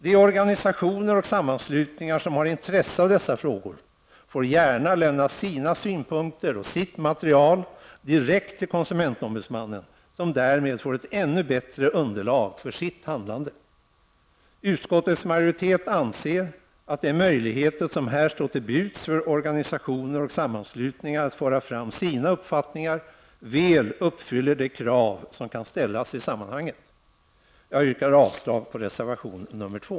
De organisationer och sammanslutningar som har intresse av dessa frågor får gärna lämna sina synpunkter och sitt material direkt till konsumentombudsmannen, som därmed får ett ännu bättre underlag för sitt handlande. Utskottets majoritet anser att de möjligheter som här står till buds för organisationer och sammanslutningar att föra fram sina uppfattningar väl uppfyller de krav som kan ställas i sammanhanget. Jag yrkar avslag på reservation nr 2.